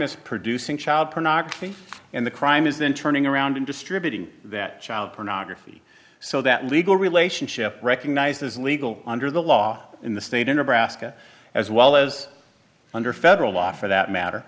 is producing child pornography and the crime is then turning around and distributing that child pornography so that legal relationship recognized as legal under the law in the state in a basket as well as under federal law for that matter